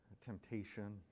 temptation